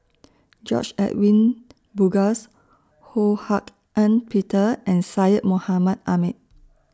George Edwin Bogaars Ho Hak Ean Peter and Syed Mohamed Ahmed